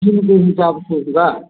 हिंसाब से हुआ